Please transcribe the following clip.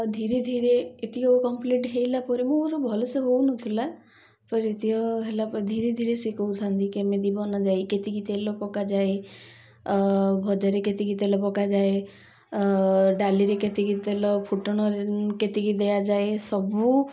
ଧୀରେ ଧୀରେ ଏତିକ କମ୍ପ୍ଲିଟ୍ ହେଇଗଲା ପରେ ମୋର ଭଲସେ ହଉ ନଥିଲା ପରେ ଏତିକ ହେଲା ପରେ ଧୀରେ ଧୀରେ ସେ କହୁଥାନ୍ତି କେମିତି ବନାଯାଇ କେତିକି ତେଲ ପକାଯାଏ ଭଜାରେ କେତିକି ତେଲ ପକାଯାଏ ଡାଲିରେ କେତିକି ତେଲ ଫୁଟଣ କେତିକି ଦିଆଯାଏ ସବୁ